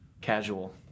casual